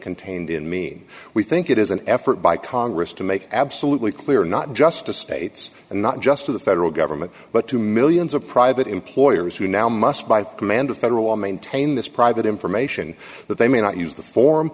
contained in me we think it is an effort by congress to make absolutely clear not just to states and not just of the federal government but to millions of private employers who now must by command of federal law maintain this private information that they may not use the for